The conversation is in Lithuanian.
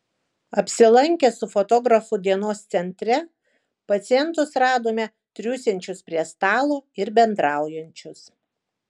apsilankę su fotografu dienos centre pacientus radome triūsiančius prie stalo ir bendraujančius